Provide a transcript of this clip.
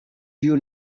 you